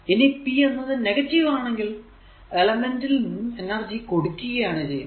ഇനി p എന്നത് ആണെങ്കിൽ എലെമെന്റിൽ നിന്നും എനർജി കൊടുക്കുകയാണ് ചെയ്യുന്നത്